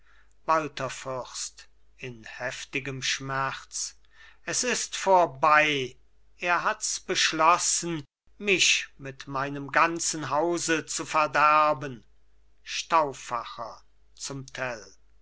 walther fürst in heftigem schmerz es ist vorbei er hat's beschlossen mich mit meinem ganzen hause zu verderben stauffacher zum